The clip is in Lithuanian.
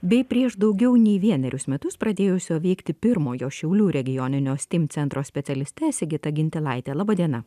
bei prieš daugiau nei vienerius metus pradėjusio veikti pirmojo šiaulių regioninio steam centro specialiste sigita gintilaite laba diena